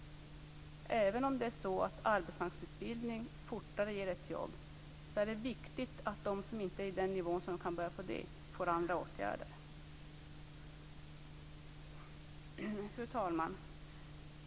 Även om arbetsmarknadsutbildning fortare ger ett jobb är det viktigt att de som inte är på den nivån att de kan börja på en sådan får andra åtgärder. Fru talman!